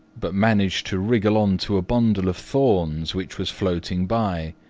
but managed to wriggle on to a bundle of thorns which was floating by,